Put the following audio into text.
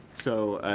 so,